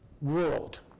world